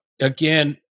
Again